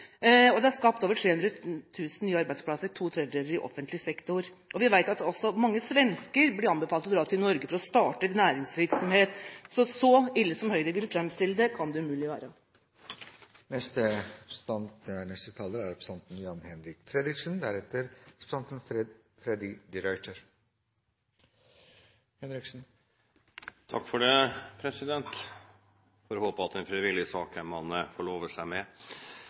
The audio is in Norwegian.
og det er skapt over 300 000 nye arbeidsplasser – to tredjedeler av dem i privat sektor. Vi vet at også mange svensker blir anbefalt å dra til Norge for å starte næringsvirksomhet, så så ille som Høyre framstiller det, kan det umulig være. Jeg får håpe det er en frivillig sak hvem man forlover seg med.